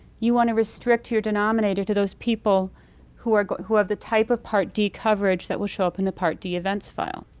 you want to restrict your denominator to those people who ah who have the type of part d coverage that will show up in the part d events file,